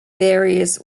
various